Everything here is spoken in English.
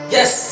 Yes